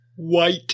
White